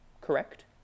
correct